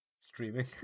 streaming